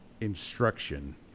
instruction